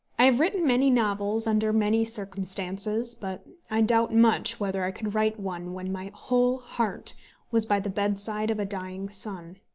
i have written many novels under many circumstances but i doubt much whether i could write one when my whole heart was by the bedside of a dying son.